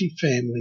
family